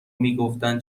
میگفتن